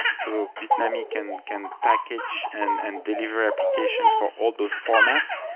so bitnami can can package and and deliver applications for all those formats.